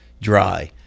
dry